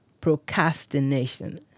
procrastination